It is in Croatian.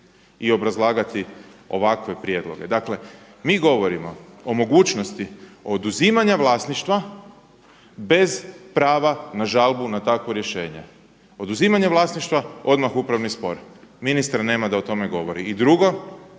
i obrazlagati ovakve prijedloge. Dakle mi govorimo o mogućnosti oduzimanja vlasništva bez prava na žalbu na takvo rješenje. Oduzimanje vlasništva odmah upravni spor, ministra nema da o tome govori. I drugo,